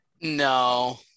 No